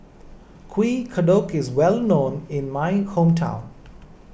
Kuih Kodok is well known in my hometown